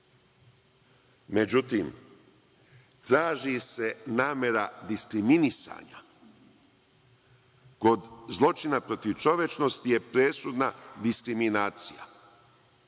Međutim, traži se namera diskriminisanja. Kod zločina protiv čovečnosti je presudna diskriminacija.